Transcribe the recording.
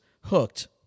hooked